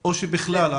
או בכלל?